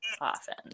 often